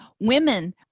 Women